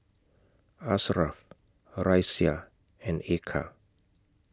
Ashraf Raisya and Eka